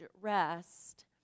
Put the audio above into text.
rest